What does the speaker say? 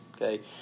okay